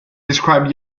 described